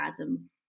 Adam